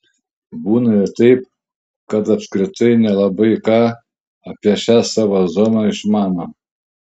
būna ir taip kad apskritai nelabai ką apie šią savo zoną išmano